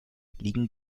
liegen